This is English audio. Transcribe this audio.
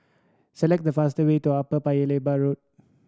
select the fast way to Upper Paya Lebar Road